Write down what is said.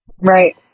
Right